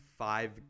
Five